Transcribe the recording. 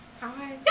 Hi